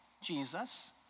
jesus